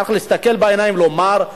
צריך להסתכל בעיניים ולומר,